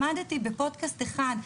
למדתי בפודקאסט אחד,